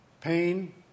Pain